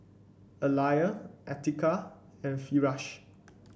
Alya Atiqah and Firash